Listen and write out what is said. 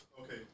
Okay